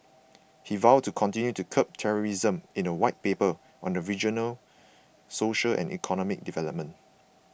he vowed to continue to curb terrorism in a White Paper on the region's social and economic development